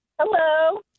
Hello